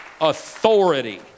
authority